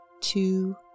Two